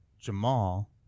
Jamal